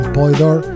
Polydor